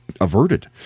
averted